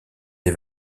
des